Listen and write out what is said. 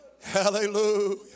hallelujah